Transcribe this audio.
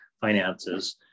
finances